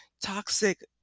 toxic